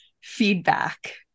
feedback